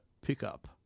pickup